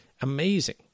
amazing